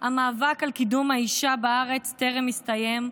המאבק על קידום מעמד האישה בארץ טרם הסתיים,